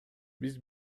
биз